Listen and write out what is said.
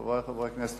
חברי חברי הכנסת,